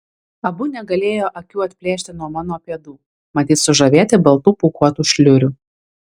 abu negalėjo akių atplėšti nuo mano pėdų matyt sužavėti baltų pūkuotų šliurių